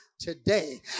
Today